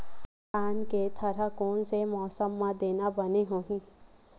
धान के थरहा कोन से मौसम म देना बने होही?